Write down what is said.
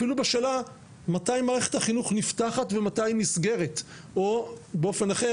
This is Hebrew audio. אפילו בשאלה מתי מערכת החינוך נפתחת ומתי היא נסגרת או באופן אחר